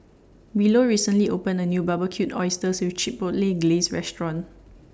Willow recently opened A New Barbecued Oysters with Chipotle Glaze Restaurant